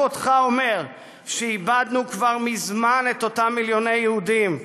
אותך אומר שאיבדנו כבר מזמן את אותם מיליוני יהודים,